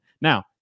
Now